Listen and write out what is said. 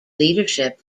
leadership